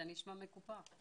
אתה נשמע מקופח...